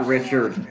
Richard